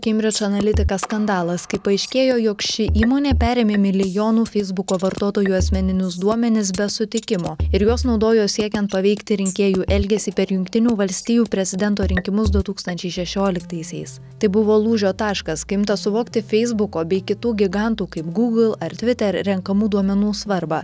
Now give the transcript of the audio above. kembridž analitika skandalas kai paaiškėjo jog ši įmonė perėmė milijonų feisbuko vartotojų asmeninius duomenis be sutikimo ir juos naudojo siekiant paveikti rinkėjų elgesį per jungtinių valstijų prezidento rinkimus du tūkstančiai šešioliktaisiais tai buvo lūžio taškas kai imta suvokti feisbuko bei kitų gigantų kaip google ar twitter renkamų duomenų svarbą